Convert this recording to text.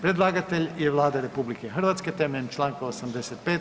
Predlagatelj je Vlada RH temeljem Članka 85.